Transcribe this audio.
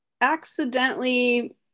accidentally